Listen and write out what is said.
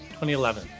2011